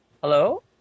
Hello